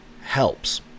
helps